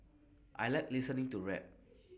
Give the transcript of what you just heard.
I Like listening to rap